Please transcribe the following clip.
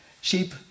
Sheep